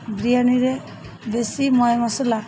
ବିରିୟାନୀରେ ବେଶୀ ମୟ ମସଲା